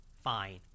Fine